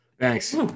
Thanks